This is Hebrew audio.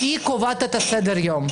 כי היא קובעת את סדר היום.